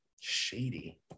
shady